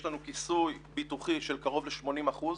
יש לנו כיסוי ביטוחי של קרוב ל-80 אחוזים.